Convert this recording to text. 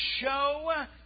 show